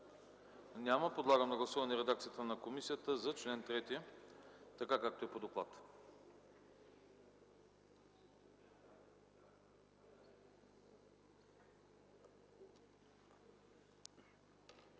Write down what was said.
Няма. Подлагам на гласуване редакцията на комисията за § 2, както е по доклад.